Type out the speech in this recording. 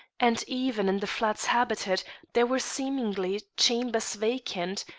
and even in the flats habited there were seemingly chambers vacant,